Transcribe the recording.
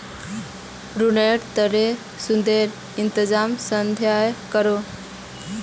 रिनेर तने सुदेर इंतज़ाम संस्थाए करोह